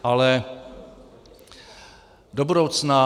Ale do budoucna.